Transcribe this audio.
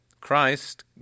Christ